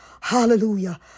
Hallelujah